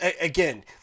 again